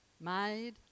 Made